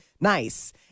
Nice